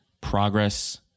Progress